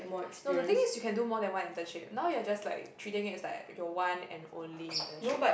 no the thing is you can do more than one internship now you're like treating it like your one and only internship